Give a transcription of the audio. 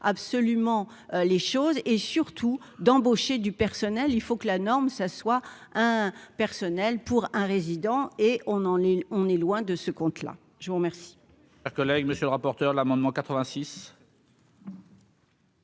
absolument les choses et surtout d'embaucher du personnel, il faut que la norme s'assoit un personnel pour un résident et on en ligne, on est loin de ce compte-là, je vous remercie.